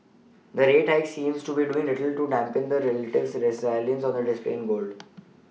the rate hikes seem to be doing little to dampen the relative resilience on display in gold